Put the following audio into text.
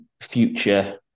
future